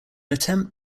attempt